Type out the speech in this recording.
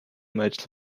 much